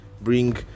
Bring